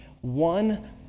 one